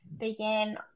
began